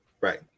Right